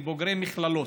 הם בוגרי מכללות,